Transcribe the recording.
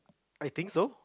I think so